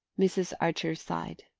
mrs. archer sighed.